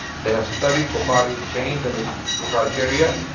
they have studied bukhari chains and his criteria.